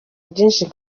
byinshi